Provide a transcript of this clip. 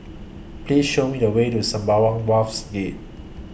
Please Show Me The Way to Sembawang Wharves Gate